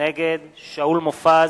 נגד שאול מופז,